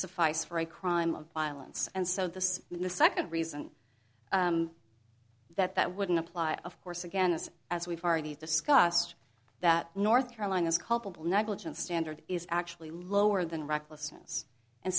suffice for a crime of violence and so this is the second reason that that wouldn't apply of course again as as we've already discussed that north carolina is culpable negligence standard is actually lower than recklessness and